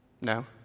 No